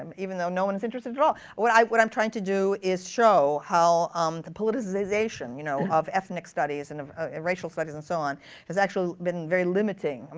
um even though no one's interested at all. what i'm what i'm trying to do is show how um the politicization you know of ethnic studies, and of ah racial studies, and so on has actually been very limiting.